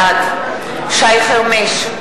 בעד שי חרמש,